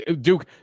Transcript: duke